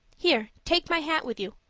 here. take my hat with you.